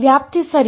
ವ್ಯಾಪ್ತಿ ಸರಿ